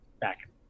back